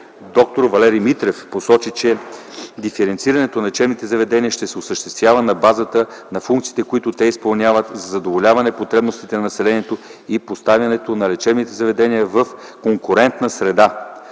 д-р Валерий Митрев посочи, че диференцирането на лечебните заведения ще се осъществява на базата на функциите, които те изпълняват за задоволяване потребностите на населението и поставянето на лечебните заведения в конкурентна среда.